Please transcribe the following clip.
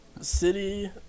city